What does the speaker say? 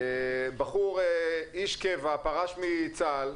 איש קבע פרש מצה"ל,